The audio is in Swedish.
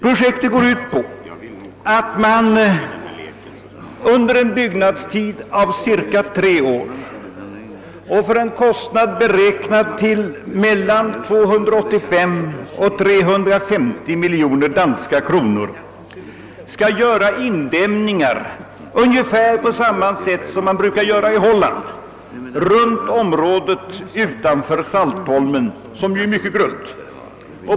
Projektet går ut på att man under en byggnadstid av cirka tre år och för en kostnad beräknad till mellan 285 och 350 miljoner danska kronor skall göra indämningar, ungefär på samma sätt som i Holland, runt området utanför Saltholm, som är mycket grunt.